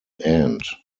end